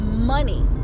money